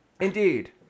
indeed